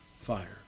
fire